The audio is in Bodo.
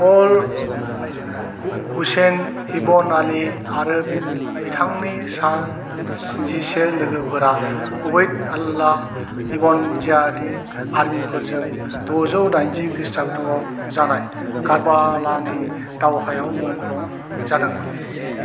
अल हु हुसैन इबन आली आरो बि बिथांनि सा स्निजिसे लोगोफोरा उबैद अल्लाह इबन जियादि आरमिफोरजों दजौ दाइनजि खृष्टाब्दाव जानाय कारबालानि दावहायाव मुंख्लं जादोंमोन